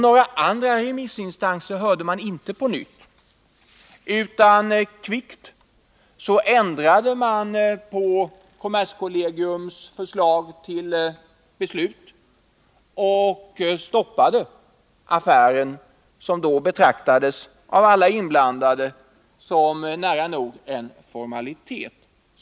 Några andra remissinstanser hördes inte på nytt, utan man ändrade kvickt på kommerskollegiums förslag till beslut och stoppade affären, vars avslutande av alla inblandade betraktades som nära nog en återstående formalitet.